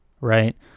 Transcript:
right